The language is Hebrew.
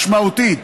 משמעותית,